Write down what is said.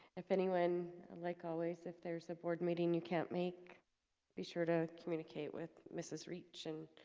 if anyone and like always if there's a board meeting you can't make be sure to communicate with ms. reach and